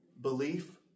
Belief